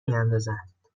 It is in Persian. میاندازند